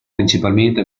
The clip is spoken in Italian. principalmente